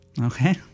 Okay